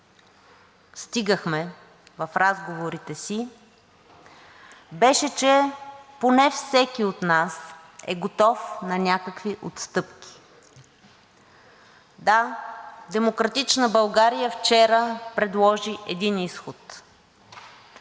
стигахме в разговорите си, беше, че поне всеки от нас е готов на някакви отстъпки. Да, „Демократична България“ вчера предложи един изход.